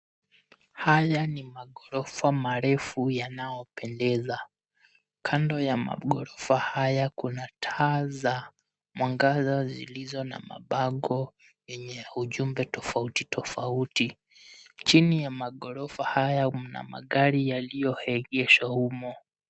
Haya ni maghorofa marefu yanayopendeza. Kando ya maghorofa haya kuna taa za mwangaza zilizo na mabango yenye ujumbe tofauti tofauti. Chini ya maghorofa haya mna magari yaliyoegeshwa humo.